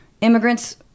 immigrants